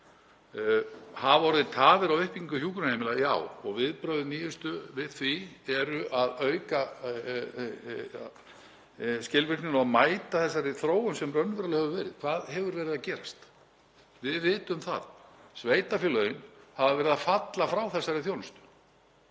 Hafa orðið tafir á uppbyggingu hjúkrunarheimila? Já, og nýjustu viðbrögðin við því eru að auka skilvirknina og að mæta þessari þróun sem raunverulega hefur verið. Hvað hefur verið að gerast? Við vitum það að sveitarfélögin hafa verið að falla frá þessari þjónustu